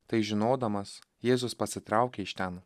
tai žinodamas jėzus pasitraukė iš ten